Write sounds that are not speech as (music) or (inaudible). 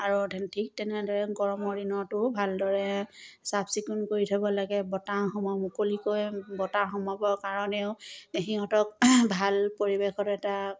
আৰু (unintelligible) ঠিক তেনেদৰে গৰমৰ দিনতো ভালদৰে চাফ চিকুণ কৰি থ'ব লাগে বতাহ সম মুকলিকৈ বতাহ সোমাবৰ কাৰণেও সিহঁতক ভাল পৰিৱেশত এটা